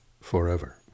forever